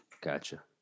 gotcha